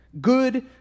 good